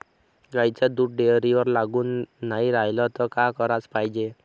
गाईचं दूध डेअरीवर लागून नाई रायलं त का कराच पायजे?